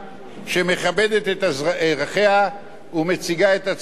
את אזרחיה ומציגה את עצמה כמדינת היהודים.